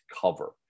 cover